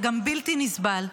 וגם בלתי נסבל.